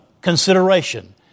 consideration